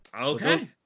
Okay